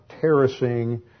terracing